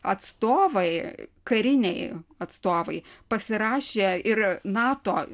atstovai kariniai atstovai pasirašė ir nato